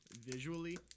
visually